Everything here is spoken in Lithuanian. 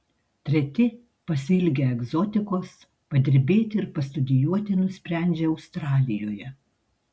treti pasiilgę egzotikos padirbėti ir pastudijuoti nusprendžia australijoje